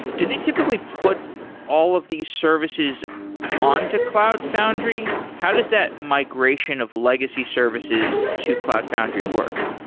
do they typically put all of these services on to cloud foundry? how does that migration of legacy services to cloud foundry work?